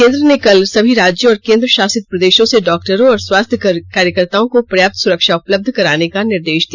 केंद्र ने कल सभी राज्यों और केंद्रशासित प्रदेशों से डॉक्टरों और स्वास्थ्य कार्यकर्ताओं को पर्याप्त सुरक्षा उपलब्ध कराने का निर्देश दिया